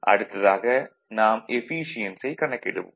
அடுத்ததாக நாம் எஃபீசியென்சியைக் கணக்கிடுவோம்